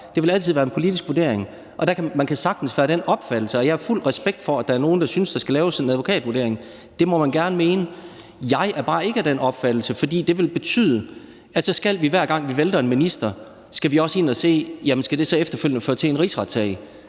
Det vil altid være en politisk vurdering. Og jeg har fuld respekt for, at der er nogle, der synes, der skal laves en advokatvurdering. Man kan sagtens være af den opfattelse. Det må man gerne mene. Jeg er bare ikke af den opfattelse, for det vil betyde, at så skal vi, hver gang vi vælter en minister, også ind at se, om det så efterfølgende skal føre til en rigsretssag.